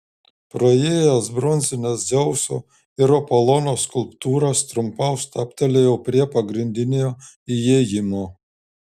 praėjęs bronzines dzeuso ir apolono skulptūras trumpam stabtelėjau prie pagrindinio įėjimo